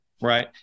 Right